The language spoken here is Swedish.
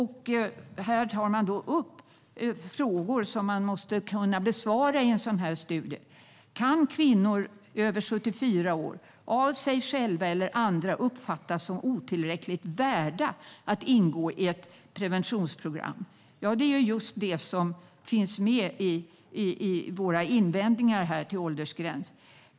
Här tas det upp frågor som man måste kunna besvara i en sådan studie: "Kan kvinnor över 74 år - av sig själva eller andra - uppfattas om otillräckligt värda att ingå i ett preventionsprogram?" Det är just det som finns med i våra invändningar mot åldersgräns.